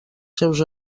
seus